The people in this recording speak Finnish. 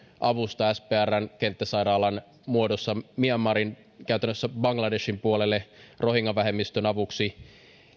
avusta sprn kenttäsairaalan muodossa myanmariin käytännössä bangladeshin puolelle rohingya vähemmistön avuksi